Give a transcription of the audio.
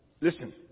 listen